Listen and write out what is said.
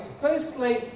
Firstly